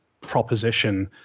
proposition